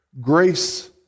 Grace